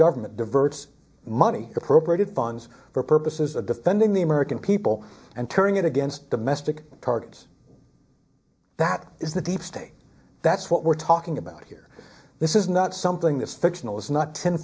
government diverts money appropriated funds for purposes of defending the american people and turning it against domestic targets that is the deep state that's what we're talking about here this is not something this fictional is not t